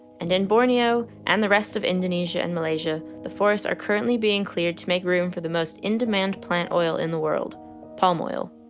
and in borneo and the rest of indonesia and malaysia, the forests are currently being cleared to make room for the most in-demand plant oil in the world palm oil.